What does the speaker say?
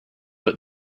but